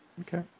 Okay